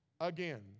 Again